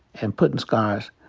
and puttin' scars.